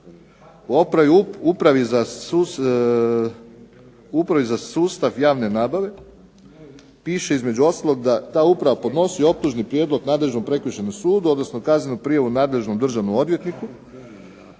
u upravi za sustav javne nabave piše između ostalog da ta uprava podnosi optužni prijedlog nadležnom prekršajnom sudu, odnosno kaznenu prijavu nadležnom državnom odvjetniku